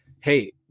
hey